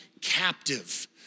captive